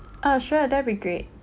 oh sure that'll be great